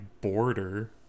border